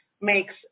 makes